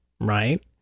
right